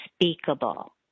unspeakable